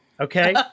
Okay